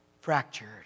fractured